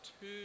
two